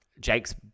Jake's